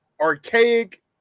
archaic